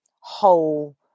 whole